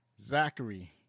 Zachary